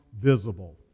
visible